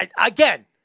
again